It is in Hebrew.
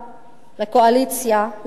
לקואליציה,